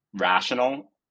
rational